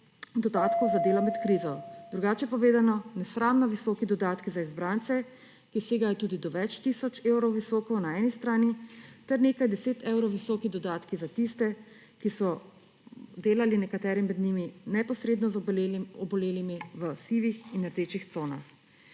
dodatkov za delo med krizo. Drugače povedano, nesramno visoki dodatki za izbrance, ki segajo tudi do več tisoč evrov visoko na eni strani, ter nekaj 10 evrov visoki dodatki za tiste, ki so delali ‒ nekateri med njimi ‒ neposredno z obolelimi v sivih in rdečih conah.